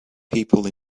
people